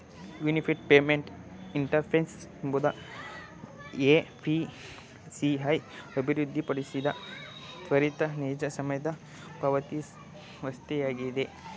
unified payments interface ಎಂಬುದು NPCI ಅಭಿವೃದ್ಧಿಪಡಿಸಿದ ತ್ವರಿತ ನೈಜ ಸಮಯದ ಪಾವತಿವಸ್ಥೆಯಾಗಿದೆ